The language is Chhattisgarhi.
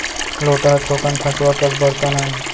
लोटा ह थोकन खंचवा कस बरतन आय